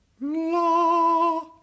La